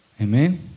Amen